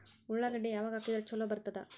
ಉಳ್ಳಾಗಡ್ಡಿ ಯಾವಾಗ ಹಾಕಿದ್ರ ಛಲೋ ಬರ್ತದ?